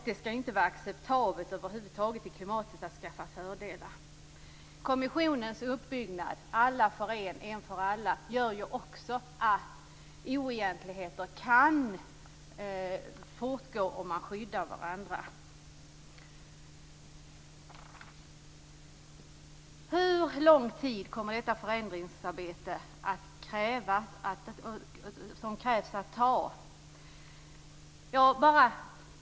Det skall vara ett sådant klimat att det över huvud taget inte skall vara acceptabelt att skaffa fördelar. Kommissionens uppbyggnad - en för alla, alla för en - gör också att oegentligheter kan fortgå om man skyddar varandra. Hur lång tid kommer det förändringsarbete som nu krävs att ta?